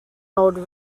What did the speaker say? old